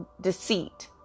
deceit